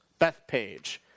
Bethpage